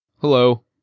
Hello